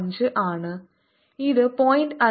5 ആണ് ഇത് 0